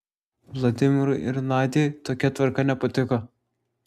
vladimirui ir nadiai tokia tvarka nepatiko